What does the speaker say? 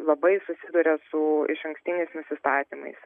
labai susiduria su išankstiniais nusistatymais